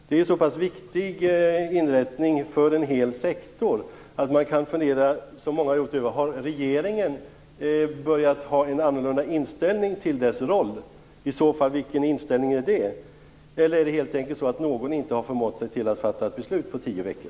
Det är en så pass viktig inrättning för en hel sektor att man, som många har gjort, kan fundera över om regeringen har börjat ha en annorlunda inställning till dess roll. Vilken inställning är det i så fall? Eller är det helt enkelt så att ingen har förmått sig till att fatta ett beslut på tio veckor?